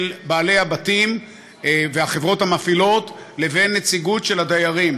בעלי הבתים והחברות המפעילות לבין הנציגות של הדיירים,